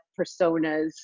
personas